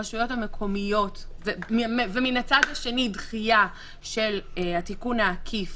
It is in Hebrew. ומן הצד השני דחייה של התיקון העקיף